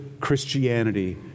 Christianity